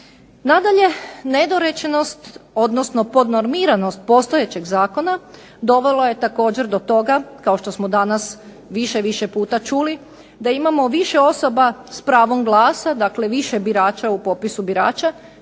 Nadalje nedorečenost, odnosno podnormiranost postojećeg zakona dovelo je također do toga, kao što smo danas više, više puta čuli da imamo više osoba s pravom glasa, dakle više birača u popisu birača